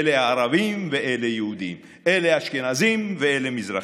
אלה ערבים ואלה יהודים, אלה אשכנזים ואלה מזרחים.